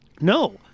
No